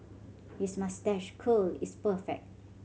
his moustache curl is perfect